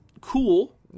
cool